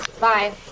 Bye